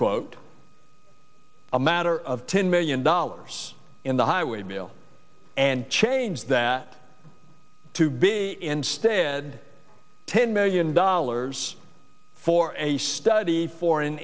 quote a matter of ten million dollars in the highway bill and change that to be instead of ten million dollars for a study for